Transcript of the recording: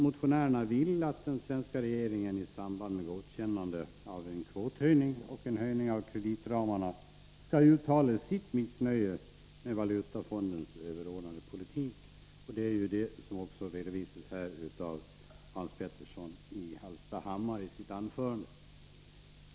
Motionärerna vill att den svenska regeringen i samband med godkännande av en kvothöjning och en höjning av kreditramarna skall uttala sitt missnöje med Valutafondens överordnade politik. Det är också vad Hans Petersson i Hallstahammar redovisar i sitt anförande.